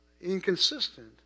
inconsistent